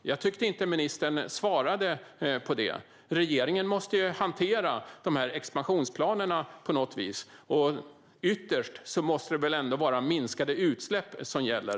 Jag tyckte inte att ministern svarade på detta. Regeringen måste hantera dessa expansionsplaner på något vis. Ytterst måste väl ändå minskade utsläpp vara det som gäller.